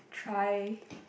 try